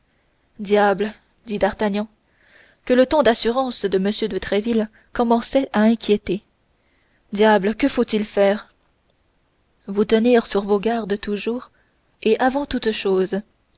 diable dit d'artagnan que le ton d'assurance de m de tréville commençait à inquiéter diable que faut-il faire vous tenir sur vos gardes toujours et avant toute chose